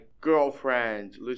girlfriend